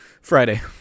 Friday